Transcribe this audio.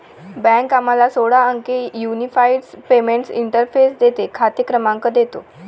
bank आम्हाला सोळा अंकी युनिफाइड पेमेंट्स इंटरफेस देते, खाते क्रमांक देतो